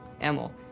Emil